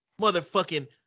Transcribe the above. Motherfucking